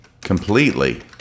completely